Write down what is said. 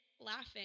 laughing